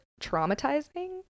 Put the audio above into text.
traumatizing